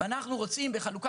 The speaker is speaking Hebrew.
אגב,